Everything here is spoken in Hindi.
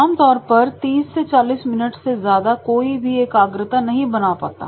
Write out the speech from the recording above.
आमतौर पर 30 से 40 मिनट से ज्यादा कोई भी एकाग्रता नहीं बना पाता